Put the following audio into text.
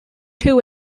two